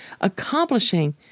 accomplishing